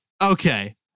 okay